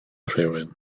rhywun